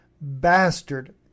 Bastard